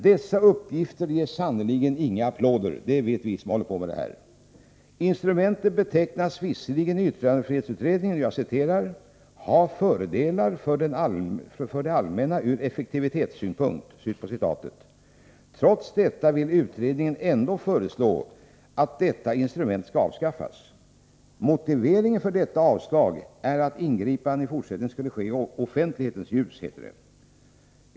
Dessa uppgifter ger sannerligen inga applåder — det vet vi som håller på med det här. Instrumentet sägs visserligen i yttrandefrihetsutredningen ”ha fördelar för det allmänna från effektivitets synpunkt”. Trots detta vill utredningen ändå föreslå att detta instrument avskaffas. Motiveringen för detta förslag är att ingripandena i fortsättningen skall ske i offentlighetens ljus, som man säger.